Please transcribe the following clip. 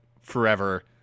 forever